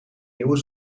nieuwe